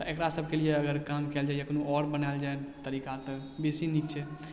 तऽ एकरा सबके लिये अगर काम कयल जा या कोनो आओर बनायल जा तरीका तऽ बेसी नीक छै